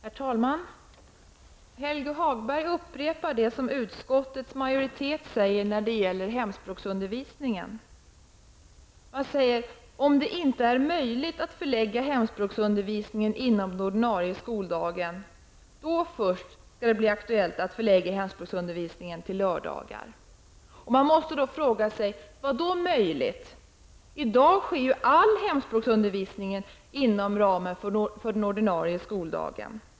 Herr talman! Helge Hagberg upprepar vad utskottets majoritet säger när det gäller hemspråksundervisningen. Man säger: Först om det inte är möjligt att förlägga hemspråksundervisningen inom den ordinarie skoldagen skall det bli aktuellt att förlägga hemspråksundervisningen till lördagar. Man måste då fråga sig: Vad då ''möjligt''? I dag sker ju all hemspråksundervisning inom ramen för den ordinarie skoldagen.